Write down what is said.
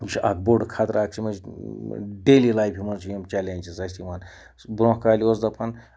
یہِ چھُ اَکھ بوٚڑ خطرٕ اَکھ چھِ یِم أسۍ ڈیلی لایفہِ منٛز چھِ یِم چَلینٛجِز اَسہِ یِوان سُہ بروںٛہہ کالہِ اوس دَپان